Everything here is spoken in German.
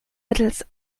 mittels